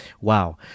Wow